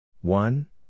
One